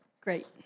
Great